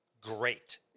great